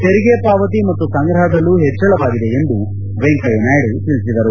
ತೆರಿಗೆ ಪಾವತಿ ಮತ್ತು ಸಂಗ್ರಹದಲ್ಲೂ ಹೆಚ್ಚಳವಾಗಿದೆ ಎಂದು ವೆಂಕಯ್ಯನಾಯ್ಡ ತಿಳಿಸಿದರು